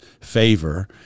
favor